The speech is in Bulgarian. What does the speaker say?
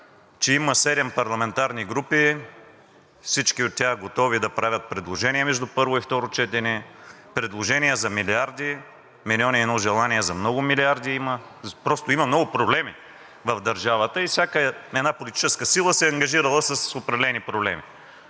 че има седем парламентарни групи, всичките от тях готови да правят предложения между първо и второ четене, предложения за милиарди, милион и едно желания за много милиарди има, просто има много проблеми в държавата и всяка една политическа сила се е ангажирала с определени проблеми